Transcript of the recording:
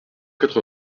quatre